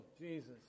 Jesus